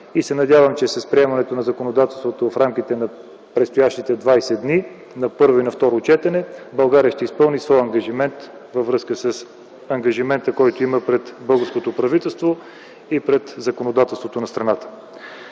и се надявам, че с приемането на законодателството в рамките на предстоящите 20 дни на първо и второ четене България ще изпълни своя ангажимент, който има пред българското правителство и пред законодателството на страната.